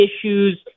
issues